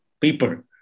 paper